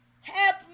Help